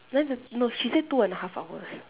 nine thirty no she said two and a half hours